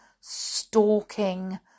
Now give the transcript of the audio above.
stalking